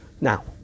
Now